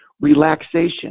relaxation